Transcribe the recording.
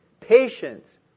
Patience